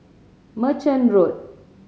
Merchant Road